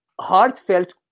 heartfelt